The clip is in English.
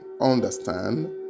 understand